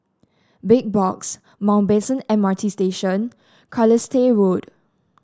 Big Box Mountbatten M R T Station Carlisle Road